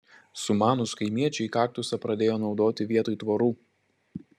sumanūs kaimiečiai kaktusą pradėjo naudoti vietoj tvorų